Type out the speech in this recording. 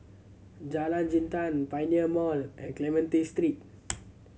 Jalan Jintan Pioneer Mall and Clementi Street